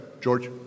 George